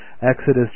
Exodus